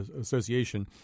association